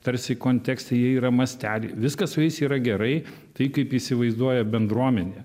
tarsi kontekste jie yra mastely viskas su jais yra gerai tai kaip įsivaizduoja bendruomenė